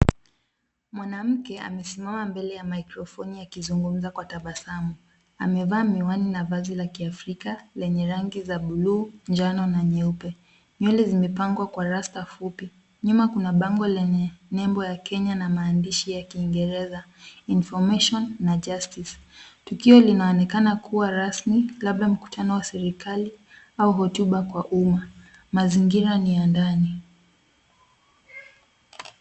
Mwanamke amesimama mbele ya mikrofoni akizungumza kwa tabasamu, amevaa miwani na vazi la kiafrika lenye rangi za buluu, njano na nyeupe, nywele zimepangwa kwa rasta fupi, nyuma kuna bango lenye nembo ya Kenya na maandishi ya kiingereza information na justice tukio linaonekana kuwa rasmi, labda mkutano wa serikali au hotuba kwa umma. Mazingira ni ya ndani.